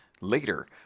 Later